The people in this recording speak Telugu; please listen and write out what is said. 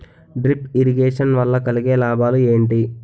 డ్రిప్ ఇరిగేషన్ వల్ల కలిగే లాభాలు ఏంటి?